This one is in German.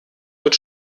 mit